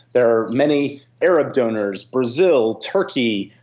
there are many arab donors, brazil, turkey,